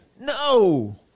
No